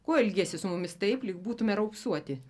kuo elgiesi su mumis taip lyg būtume raupsuoti